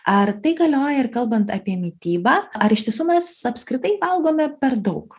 ar tai galioja ir kalbant apie mitybą ar iš tiesų mes apskritai valgome per daug